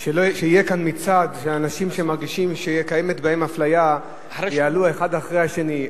של אנשים שמרגישים שקיימת בהם אפליה ויעלו אחד אחרי השני.